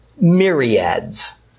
myriads